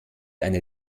eine